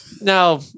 Now